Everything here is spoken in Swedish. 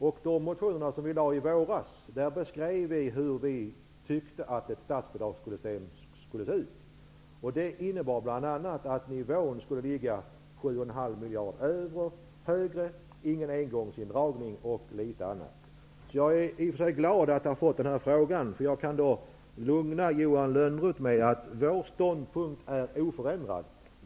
I de motioner vi väckte i våras beskrev vi hur vi tyckte att ett statsbidragssystem skulle se ut. Det innebar bl.a. att nivån skulle ligga 7,5 miljarder högre och att det inte skulle bli fråga om någon engångsindragning. Jag är i och för sig glad över att jag har fått den här frågan, eftersom jag nu kan lugna Johan Lönnroth med att vår ståndpunkt är oförändrad.